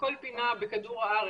בכל פינה בכדור הארץ.